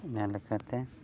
ᱤᱱᱟᱹ ᱞᱮᱠᱟᱛᱮ